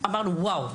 אמרנו ואו.